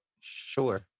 Sure